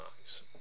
eyes